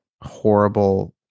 horrible